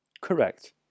Correct